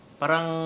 parang